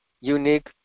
unique